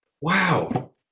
wow